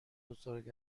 بزرگ